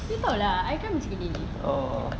you tahu lah I kan macam ini